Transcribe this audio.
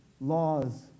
Laws